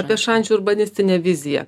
apie šančių urbanistinę viziją